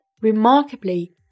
Remarkably